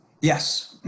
Yes